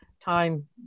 time